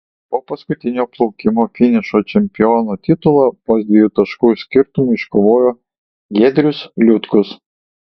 po paskutinio plaukimo finišo čempiono titulą vos dviejų taškų skirtumu iškovojo giedrius liutkus